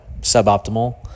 suboptimal